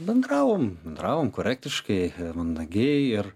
bendravom bendravom korektiškai mandagiai ir